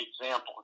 example